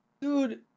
Dude